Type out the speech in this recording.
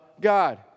God